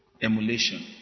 emulation